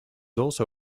also